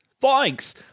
Thanks